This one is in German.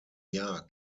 jahr